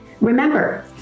Remember